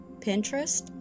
pinterest